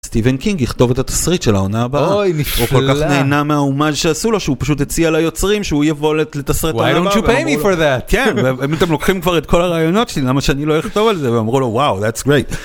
סטיבן קינג יכתוב את התסריט של העונה הבאה אוי נפלא הוא כל כך נהנה מההומאז' שעשו לו שהוא פשוט הציע ליוצרים שהוא יבוא לתסריט העונה הבאה. why won't you pay me for that כן אם אתם לוקחים כבר את כל הרעיונות שלי למה שאני לא אכתוב על זה ואמרו לו that's great